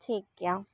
ᱴᱷᱤᱠ ᱜᱮᱭᱟ